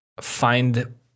find